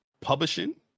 publishing